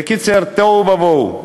בקיצור, תוהו ובוהו.